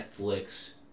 Netflix